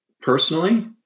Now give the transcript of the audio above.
personally